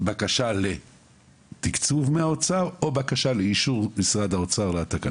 בקשה לתקצוב מהאוצר או בקשה לאישור משרד האוצר לתקנות?